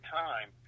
time